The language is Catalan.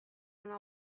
una